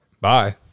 bye